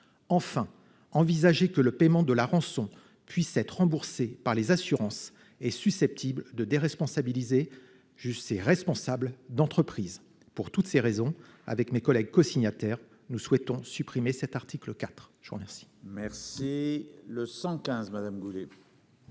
Enfin, envisager que le paiement de la rançon puisse être remboursé par les assurances est susceptible de déresponsabiliser les responsables d'entreprise. Pour toutes ces raisons, nous souhaitons supprimer cet article. La parole